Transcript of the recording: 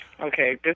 Okay